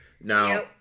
Now